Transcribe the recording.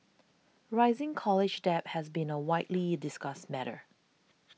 rising college debt has been a widely discussed matter